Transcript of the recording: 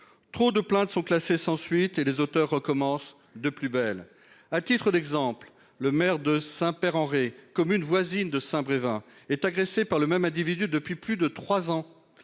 Trop de plaintes sont classées sans suite et les auteurs recommence de plus belle. À titre d'exemple, le maire de Saint Père Henri commune voisine de Saint Brévin est agressé par le même individu depuis plus de trois ans.